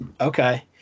Okay